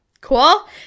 Cool